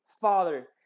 Father